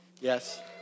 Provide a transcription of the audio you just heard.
Yes